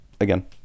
again